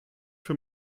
für